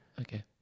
Okay